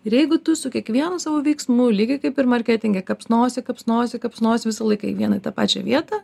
ir jeigu tu su kiekvienu savo veiksmų lygiai kaip ir marketinge kapsnosi kapsnosi kapsnosi visą laiką į vieną į tą pačią vietą